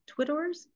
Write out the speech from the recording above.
Twitterers